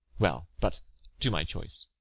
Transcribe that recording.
well, but to my choice